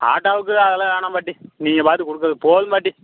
ஆட்டோவுக்கு அதெல்லாம் வேணாம் பாட்டி நீங்கள் பார்த்து கொடுக்குறது போதும் பாட்டி